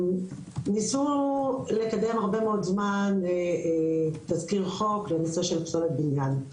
ניסו לקדם הרבה מאוד זמן תזכיר חוק בנושא של פסולת בניין.